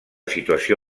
situació